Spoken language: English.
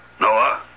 Noah